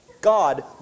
God